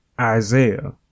Isaiah